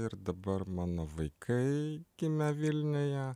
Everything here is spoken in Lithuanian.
ir dabar mano vaikai gimę vilniuje